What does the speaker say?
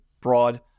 broad